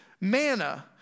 manna